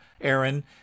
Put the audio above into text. Aaron